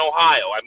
Ohio